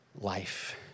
life